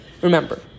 Remember